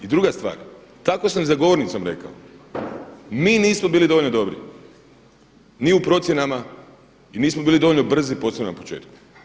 I druga stvar, tako sam za govornicom rekao, mi nismo bili dovoljno dobri, ni u procjenama i nismo bili dovoljno brzi posebno na početku.